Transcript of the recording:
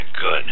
Good